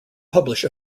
publish